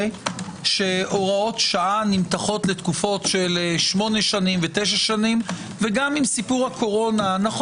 שהוראות שעה נמתחות לתקופות של שבע ושמונה שנים.